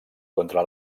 contra